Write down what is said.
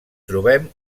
trobem